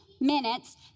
minutes